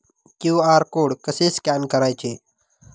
QR code कसे scan करायचे?